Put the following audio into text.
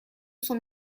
son